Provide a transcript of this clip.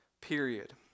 period